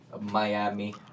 Miami